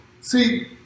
see